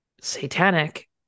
satanic